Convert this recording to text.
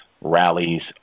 rallies